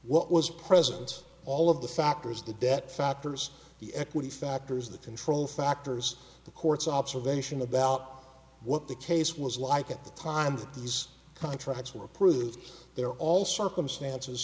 what was present all of the factors the debt factors the equity factors the control factors the court's observation about what the case was like at the time that these contracts were approved there all circumstances